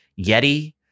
Yeti